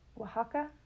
Oaxaca